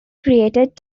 credited